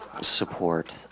support